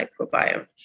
microbiome